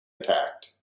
attacked